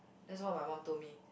that's what my mum told me